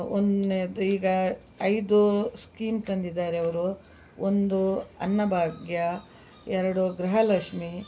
ಒಂದ್ನೇದು ಈಗ ಐದು ಸ್ಕೀಮ್ ತಂದಿದ್ದಾರೆ ಅವರು ಒಂದು ಅನ್ನಭಾಗ್ಯ ಎರಡು ಗೃಹಲಕ್ಷ್ಮಿ